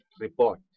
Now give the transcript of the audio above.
Report